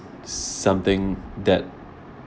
something that